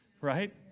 right